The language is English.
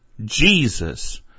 Jesus